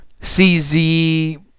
CZ